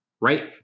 right